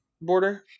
border